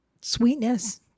sweetness